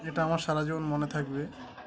এটা আমার সারা জীবন মনে থাকবে